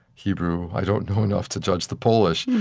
hebrew i don't know enough to judge the polish.